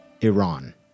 Iran